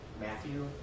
Matthew